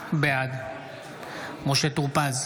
בעד משה טור פז,